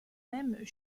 même